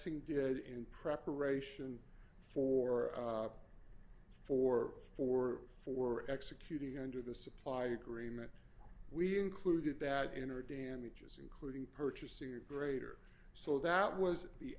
thing did in preparation for for for for executing under the supply agreement we included that in or damages including purchase or greater so that was the